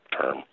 term